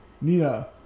Nina